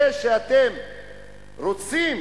זה שאתם רוצים